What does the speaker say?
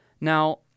Now